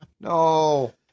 No